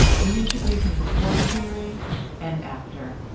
we interviewed him before the hearing and after.